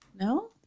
No